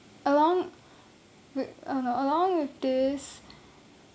along uh no along with this